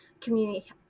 community